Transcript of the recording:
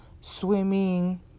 swimming